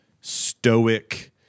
stoic